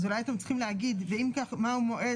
אז אולי אתם צריכים להגיד: ואם כך מה הוא מועד